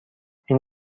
این